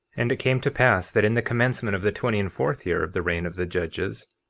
and it came to pass that in the commencement of the twenty and fourth year of the reign of the judges,